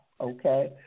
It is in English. okay